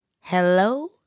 Hello